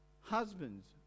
Husbands